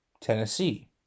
Tennessee